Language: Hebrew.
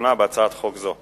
בהצעת חוק זו בקריאה ראשונה.